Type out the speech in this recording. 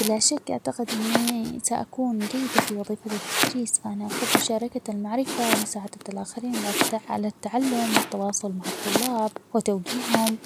بلا شك أعتقد إني ساكون جيدة في وظيفة التدريس فأنا أحب مشاركة المعرفة ،ومساعدة الآخرين -عالت- على التعلم ،والتواصل مع الطلاب وتوجيههم